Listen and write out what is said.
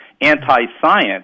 anti-science